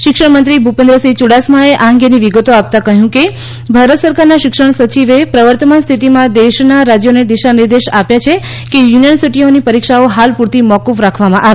શિક્ષણમંત્રી ભૂપેન્દ્રસિંહ યુડાસમાએ આ અંગેની વિગતો આપતાં કહ્યું કે ભારત સરકારના શિક્ષણ સચિવે પ્રવર્તમાન સ્થિતીમાં દેશના રાજ્યોને દિશાનિર્દેશ આપ્યા છે કે યુનિવર્સિટીઓની પરિક્ષાઓ હાલ પૂરતી મોકૂફ રાખવામાં આવે